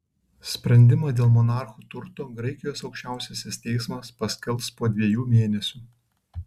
sprendimą dėl monarchų turto graikijos aukščiausiasis teismas paskelbs po dviejų mėnesių